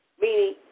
meaning